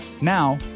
Now